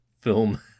film